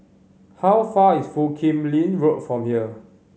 how far is Foo Kim Lin Road from here